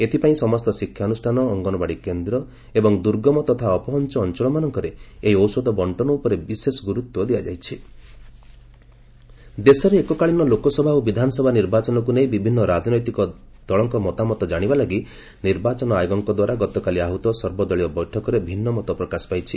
ଏଥିପାଇଁ ସମସ୍ତ ଶିକ୍ଷାନୁଷ୍ଠାନ ଅଙ୍ଗନବାଡ଼ି କେନ୍ଦ ଏବଂ ଦୁର୍ଗମ ତଥା ଅପହଞ ଅଞ ଳମାନଙ୍କରେ ଏହି ଔଷଧ ବ ଗୁରୁତ୍ୱ ଦିଆଯାଇଛି ସର୍ବଦଳୀୟ ବୈଠକ ଦେଶରେ ଏକକାଳୀନ ଲୋକସଭା ଓ ବିଧାନସଭା ନିର୍ବାଚନକୁ ନେଇ ବିଭିନ୍ତ ରାଜନୈତିକ ଦଳଙ୍କ ମତାମତ ଜାଶିବାଲାଗି ନିର୍ବାଚନ ଆୟୋଗକଙ୍କ ଦ୍ୱାରା ଗତକାଲି ଆହୁତ ସର୍ବଦଳୀୟ ବୈଠକରେ ଭିନ୍ନ ମତ ପ୍ରକାଶ ପାଇଛି